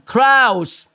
Crowds